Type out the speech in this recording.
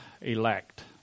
elect